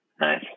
Nice